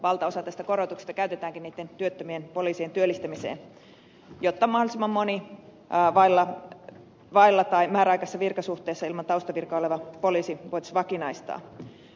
valtaosa tästä korotuksesta käytetäänkin niitten työttömien poliisien työllistämiseen jotta mahdollisimman moni määräaikaisessa virkasuhteessa ilman taustavirkaa oleva poliisi voitaisiin vakinaistaa